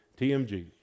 TMG